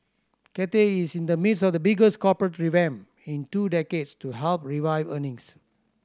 Cathay is in the midst of the biggest corporate revamp in two decades to help revive earnings